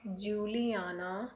Juliana